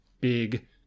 big